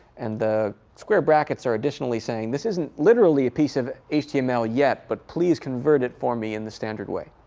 and the square brackets are additionally saying, this isn't literally a piece of html yet. but please convert it for me in the standard way.